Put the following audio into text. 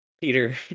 Peter